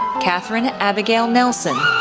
catherine abigail nelson,